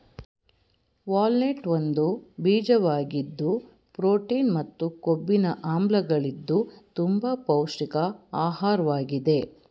walnut ಒಂದು ಬೀಜವಾಗಿದ್ದು protein ಮತ್ತು ಕೊಬ್ಬಿನ ಆಮ್ಲಗಳಿದ್ದು ತುಂಬ ಪೌಷ್ಟಿಕ ಆಹಾರ್ವಾಗಿದೆ